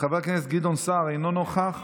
חבר הכנסת גדעון סער, אינו נוכח,